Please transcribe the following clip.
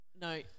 No